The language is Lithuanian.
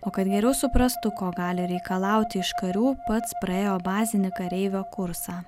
o kad geriau suprastų ko gali reikalauti iš karių pats praėjo bazinį kareivio kursą